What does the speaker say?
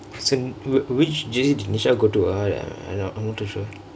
since which which J_C did nisha go to ah I I'm not too sure